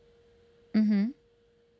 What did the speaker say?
mm hmm